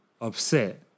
upset